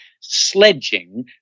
sledging